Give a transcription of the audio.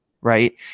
Right